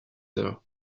mrs